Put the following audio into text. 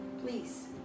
please